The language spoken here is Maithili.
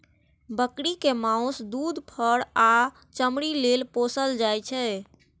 बकरी कें माउस, दूध, फर आ चमड़ी लेल पोसल जाइ छै